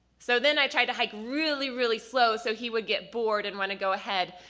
so then i tried to hike really, really slow so he would get bored and want to go ahead.